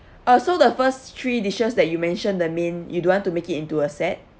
uh so the first three dishes that you mentioned that mean you don't want to make it into a set